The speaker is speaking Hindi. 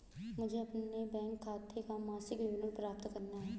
मुझे अपने बैंक खाते का मासिक विवरण प्राप्त करना है?